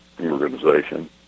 organization